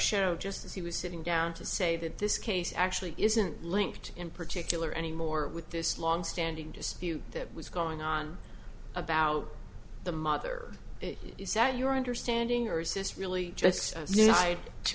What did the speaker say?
show just as he was sitting down to say that this case actually isn't linked in particular anymore with this longstanding dispute was going on about the mother is that your understanding or is this really